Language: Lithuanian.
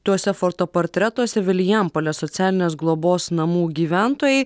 tuose fotoportretuose vilijampolės socialinės globos namų gyventojai